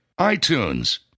itunes